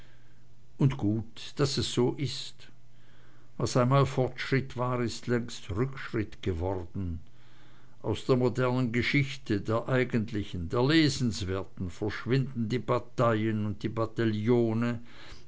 und gut daß es so ist was einmal fortschritt war ist längst rückschritt geworden aus der modernen geschichte der eigentlichen der lesenswerten verschwinden die bataillen und die bataillone